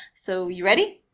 so you ready?